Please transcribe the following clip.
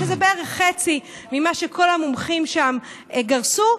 שזה בערך חצי ממה שכל המומחים שם גרסו,